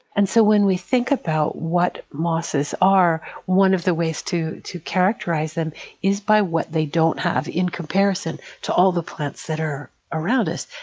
and so when we think about what mosses are, one of the ways to to characterize them is by what they don't have in comparison to all the plants that are around us.